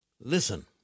Listen